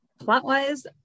plot-wise